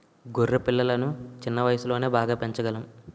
గొర్రె పిల్లలను చిన్న వయసులోనే బాగా పెంచగలం